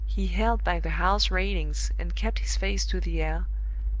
he held by the house railings and kept his face to the air,